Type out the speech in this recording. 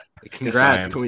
Congrats